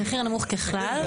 המחיר הנמוך ככלל.